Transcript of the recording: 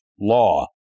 law